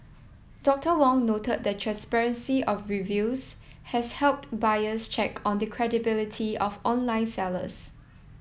Doctor Wong noted the transparency of reviews has helped buyers check on the credibility of online sellers